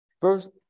First